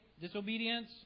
Disobedience